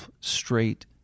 straight